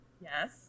yes